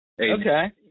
Okay